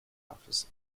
office